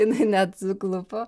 jinai net suklupo